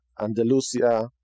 Andalusia